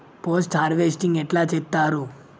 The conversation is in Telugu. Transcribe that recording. పోస్ట్ హార్వెస్టింగ్ ఎట్ల చేత్తరు?